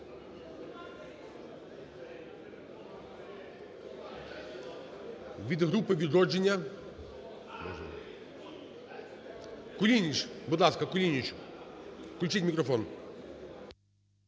Від групи "Відродження" –Кулініч. Будь ласка, Кулініч. Включіть мікрофон.